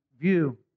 view